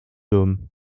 dôme